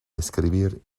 escribir